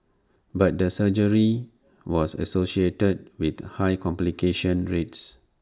but the surgery was associated with high complication rates